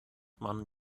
man